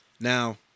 Now